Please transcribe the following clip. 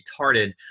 retarded